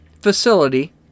facility